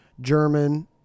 German